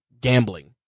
gambling